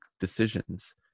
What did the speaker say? decisions